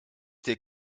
dir